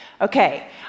Okay